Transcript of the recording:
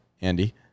Andy